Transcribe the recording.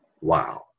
Wow